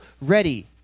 ready